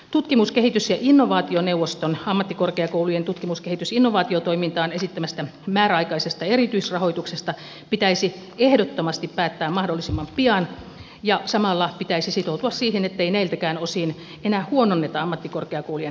tutkimus kehitys ja innovaationeuvoston ammattikorkeakoulujen tutkimus kehitys innovaatiotoimintaan esittämästä määräaikaisesta erityisrahoituksesta pitäisi ehdottomasti päättää mahdollisimman pian ja samalla pitäisi sitoutua siihen ettei näiltäkään osin enää huononneta ammattikorkeakoulujen rahoitustilannetta